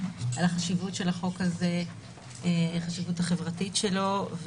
על החשיבות של החוק הזה ועל החשיבות החברתית שלו.